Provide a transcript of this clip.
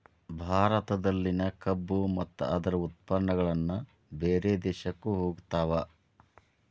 ಭಾರತದಲ್ಲಿನ ಕಬ್ಬು ಮತ್ತ ಅದ್ರ ಉತ್ಪನ್ನಗಳು ಬೇರೆ ದೇಶಕ್ಕು ಹೊಗತಾವ